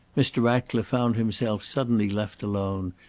mr. ratcliffe found himself suddenly left alone,